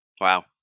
Wow